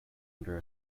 under